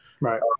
Right